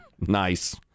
Nice